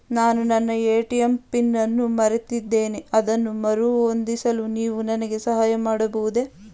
ನಾನು ನನ್ನ ATM pin ಅನ್ನು ಮರೆತಿದ್ದೇನೆ ಅದನ್ನು ಮರುಹೊಂದಿಸಲು ನೀವು ನನಗೆ ಸಹಾಯ ಮಾಡಬಹುದೇ?